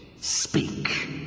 Speak